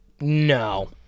No